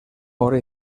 hora